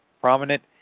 prominent